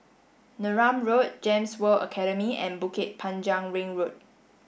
Neram Road GEMS World Academy and Bukit Panjang Ring Road